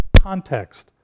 context